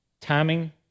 timing